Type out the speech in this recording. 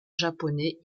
japonais